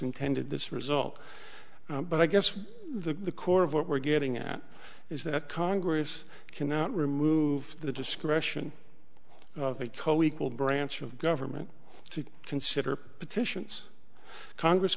intended this result but i guess the core of what we're getting at is that congress cannot remove the discretion of a co equal branch of government to consider petitions congress